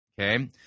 okay